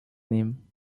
nehmen